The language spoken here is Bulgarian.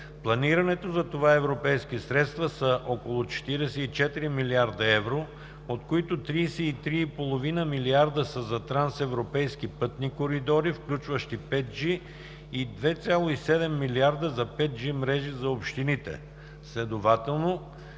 Планираните за това европейски средства са около 44 млрд. евро, от които 33,5 милиарда за трансевропейски пътни коридори, включващи 5G и 2,7 милиарда за 5G мрежи за общините. Следователно